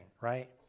right